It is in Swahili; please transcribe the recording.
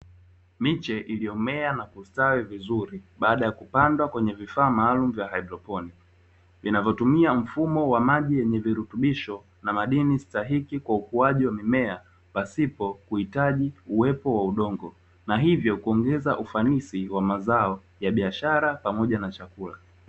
Miche iliyomea na kustawi vizuri baada ya kupandwa kwenye vifaa maalum vya hydroponi vinavyotumia mfumo wa maji yenye virutubisho na madini stahiki kwa ukuaji wa mimea pasipo kuhitaji uwepo wa udongo na hivyo kuongeza ufanisi wa mazao ya biashara pamoja na chakula.